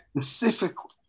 specifically